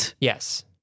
Yes